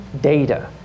data